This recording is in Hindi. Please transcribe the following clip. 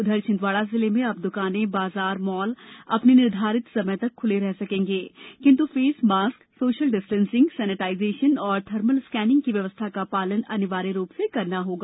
उधर छिन्दवाड़ा जिले में अब दुकानें बाजार मॉल अपने निर्धारित समय तक खुले रह सकेंगे किंतु face mask social distancing sanitisation और थर्मल स्कैनिंग की व्यवस्था का पालन अनिवार्य रूप से करना होगा